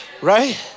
right